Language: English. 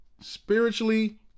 spiritually